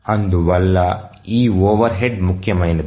అందువల్ల ఈ overhead ముఖ్యమైనది